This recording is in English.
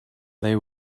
they